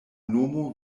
nomo